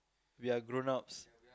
we are grown ups